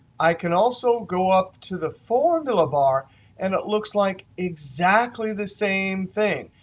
i can also go up to the formula bar and it looks like exactly the same thing.